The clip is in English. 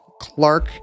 Clark